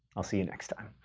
i'll see you next time.